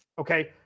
okay